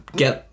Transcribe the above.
get